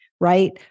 Right